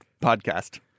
podcast